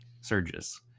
surges